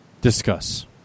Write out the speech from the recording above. Discuss